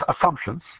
assumptions